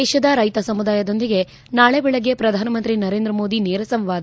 ದೇಶದ ರೈತ ಸಮುದಾಯದೊಂದಿಗೆ ನಾಳೆ ಬೆಳಗ್ಗೆ ಶ್ರಧಾನಮಂತ್ರಿ ನರೇಂದ್ರ ಮೋದಿ ನೇರ ಸಂವಾದ